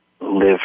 live